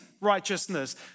righteousness